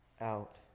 out